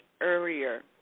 earlier